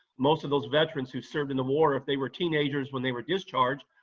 most of those veterans who served in the war, if they were teenagers when they were discharged,